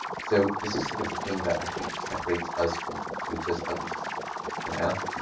so this is sort of the thing that i think separates us from computers, at least for now,